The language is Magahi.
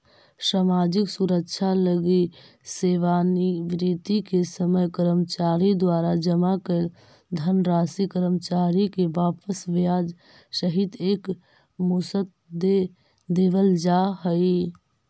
सामाजिक सुरक्षा लगी सेवानिवृत्ति के समय कर्मचारी द्वारा जमा कैल धनराशि कर्मचारी के वापस ब्याज सहित एक मुश्त दे देवल जाहई